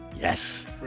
Yes